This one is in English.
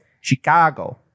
chicago